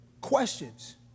questions